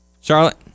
Charlotte